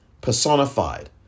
personified